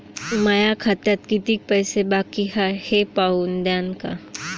माया खात्यात कितीक पैसे बाकी हाय हे पाहून द्यान का?